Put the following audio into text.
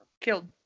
killed